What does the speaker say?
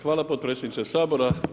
Hvala podpredsjedniče Sabora.